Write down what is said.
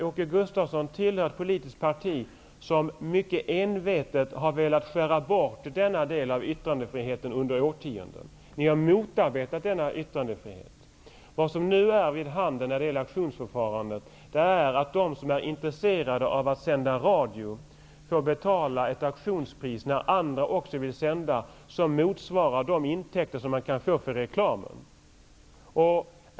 Åke Gustavsson tillhör ett politiskt parti som i årtionden mycket envetet har velat skära bort denna del av yttrandefriheten. Ni har ju motarbetat denna yttrandefrihet. Vad som nu är vid handen när det gäller auktionsförfarandet är att de som är intresserade av att sända radio får betala ett auktionspris när andra också vill sända som motsvarar de intäkter som man kan få genom reklamen.